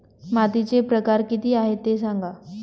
मातीचे प्रकार किती आहे ते सांगा